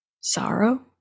Sorrow